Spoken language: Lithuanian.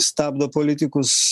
stabdo politikus